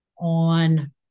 on